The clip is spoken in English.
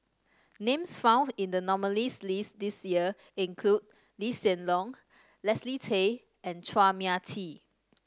names found in the nominees' list this year include Lee Hsien Loong Leslie Tay and Chua Mia Tee